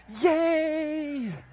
Yay